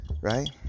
right